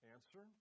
Answer